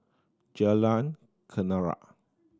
Jalan Kenarah